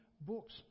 books